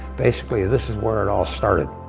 basically this is where it all started.